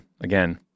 again